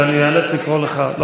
ואני אאלץ לקרוא אותך לסדר.